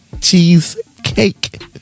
Cheesecake